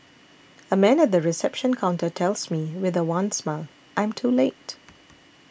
a man at the reception counter tells me with a wan smile I am too late